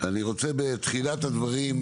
אני רוצה בתחילת הדברים,